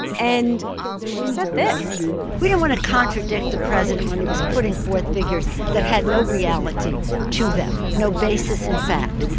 and she said this we don't want to contradict the president when he was putting forth figures that had no reality to them, no basis in fact.